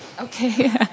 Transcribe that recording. Okay